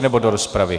Nebo do rozpravy.